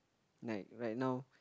like right now